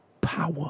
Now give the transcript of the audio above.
power